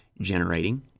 generating